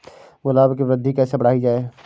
गुलाब की वृद्धि कैसे बढ़ाई जाए?